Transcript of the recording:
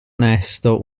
onesto